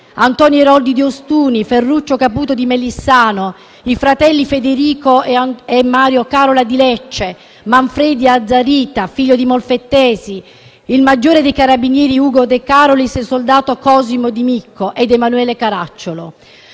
Antonio Ayroldi di Ostuni, Ferruccio Caputo di Melissano, i fratelli Federico e Mario Càrola di Lecce, Manfredi Azzarita, figlio di molfettesi, il maggiore dei carabinieri Ugo De Carolis, il soldato Cosimo Di Micco ed Emanuele Caracciolo.